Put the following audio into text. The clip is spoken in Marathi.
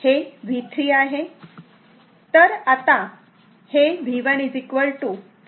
तर आता हे V1 38